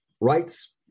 rights